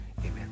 Amen